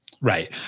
Right